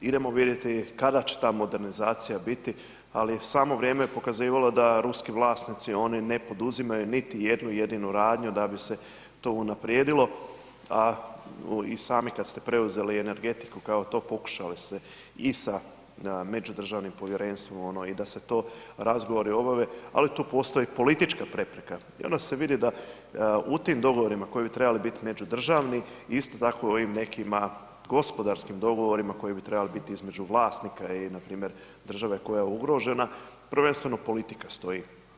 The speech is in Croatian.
Idemo vidjeti kada će ta modernizacija biti, ali samo vrijeme je pokazivalo da ruski vlasnici, oni ne poduzimaju niti jednu jedinu radnju da bi se to unaprijedilo, a i sami kad ste preuzeli energetiku, kao to pokušali se i sa međudržavnim povjerenstvom i da se to razgovori obave, ali tu postoji politička prepreka i onda se vidi da u tim dogovorima koji bi trebali biti međudržavni, isto tako ovim nekima gospodarskim govorima koji bi trebali biti između vlasnika i npr. države koja je ugrožena, prvenstveno politika stoji.